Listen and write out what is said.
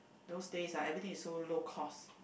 those days ah everything is so low cost